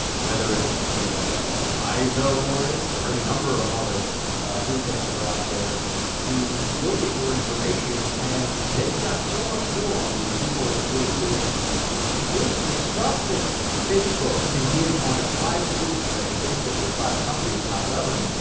whether it's via fisa warrants or any number of other pretexts that are out there to look at your information and they've got so much more on you than people would've the stuff that facebook can give on a private citizen today, and facebook is a private company, it's not government,